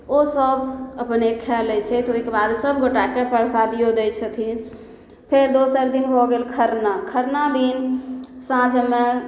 ओ सभ अपने खाय लै छथि ओइके बाद सभगोटाके परसादियो दै छथिन फेर दोसर दिन भऽ गेल खरना खरना दिन साँझमे